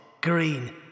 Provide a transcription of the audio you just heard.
green